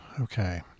Okay